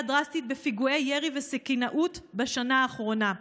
דרסטית בפיגועי ירי וסכינאות בשנה האחרונה.